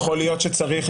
זה לא סעיף מתאים?